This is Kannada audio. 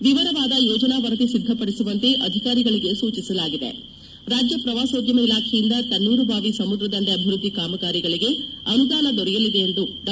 ವಿವರವಾದ ಯೋಜನಾ ವರದಿ ಸಿದ್ದ ಪಡಿಸುವಂತೆ ಅಧಿಕಾರಿಗಳಿಗೆ ಸೂಚಿಸಲಾಗಿದೆ ರಾಜ್ಯ ಪ್ರವಾಸೋದ್ಯಮ ಇಲಾಖೆಯಿಂದ ತಣ್ಣೇರುಬಾವಿ ಸಮುದ್ರ ದಂಡೆ ಅಭಿವೃದ್ದಿ ಕಾಮಗಾರಿಗಳಿಗೆ ಅನುದಾನ ದೊರೆಯಲಿದೆ ಎಂದು ಡಾ